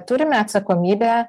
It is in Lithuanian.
turime atsakomybę